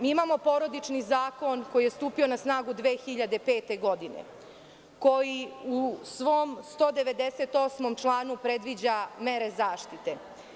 Mi imamo Porodični zakon koji je stupio na snagu 2005. godine, koji u svom 198. članu predviđa mere zaštite.